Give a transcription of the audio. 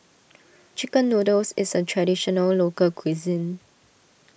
Chicken Noodles is a Traditional Local Cuisine